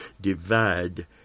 divide